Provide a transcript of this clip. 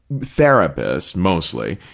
therapists, mostly,